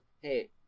hey